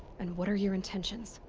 and what are your intentions?